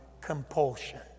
compulsion